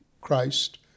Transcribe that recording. Christ